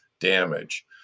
damage